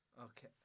Okay